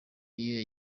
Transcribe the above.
iyo